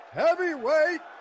heavyweight